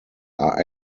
are